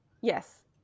Yes